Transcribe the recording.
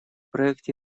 проекте